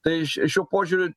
tai š šiuo požiūriu